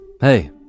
Hey